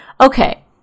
Okay